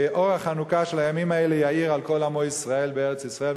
ואור החנוכה של הימים האלה יאיר על כל עמו ישראל בארץ-ישראל,